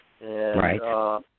Right